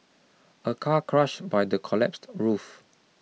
a car crushed by the collapsed roof